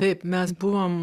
taip mes buvom